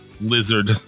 lizard